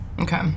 Okay